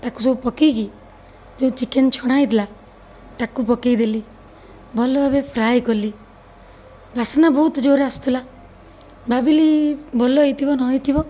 ତାକୁ ସବୁ ପକାଇକି ଯେଉଁ ଚିକେନ୍ ଛଣା ହେଇଥିଲା ତାକୁ ପକାଇଦେଲି ଭଲ ଭାବେ ଫ୍ରାଏ କଲି ବାସନା ବହୁତ ଜୋରେ ଆସୁଥିଲା ଭାବିଲି ଭଲ ହେଇଥିବ ନହେଇଥିବ